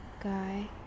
guy